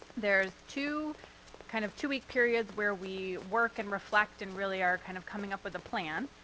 there's two kind of two-week periods where we work and reflect and really are kind of coming up with a plan,